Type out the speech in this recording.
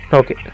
okay